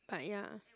but ya